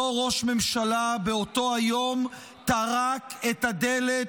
אותו ראש ממשלה באותו היום טרק את הדלת